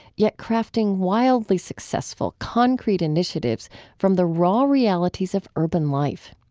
yet crafting wildly successful, concrete initiatives from the raw realities of urban life.